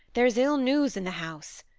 there's ill news in the house.